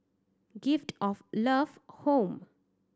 Gift of Love Home